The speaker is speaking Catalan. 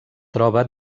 troba